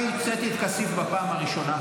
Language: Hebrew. למה הוצאתי את כסיף בפעם הראשונה?